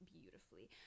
beautifully